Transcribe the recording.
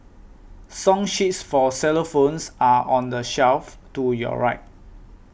song sheets for xylophones are on the shelf to your right